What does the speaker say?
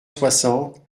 soixante